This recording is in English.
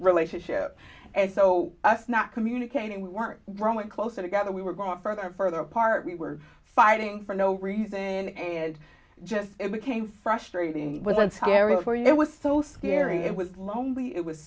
relationship and so us not communicating we weren't growing closer together we were growing further and further apart we were fighting for no reason and just became frustrating was hilarious for you it was so scary it was lonely it was